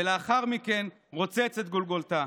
ולאחר מכן רוצץ את גולגולתה.